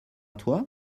toi